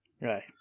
Right